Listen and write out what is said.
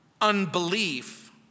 unbelief